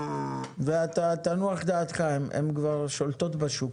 ואתה תנוח דעתך, הן כבר שולטות בשוק.